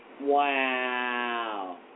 Wow